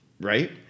Right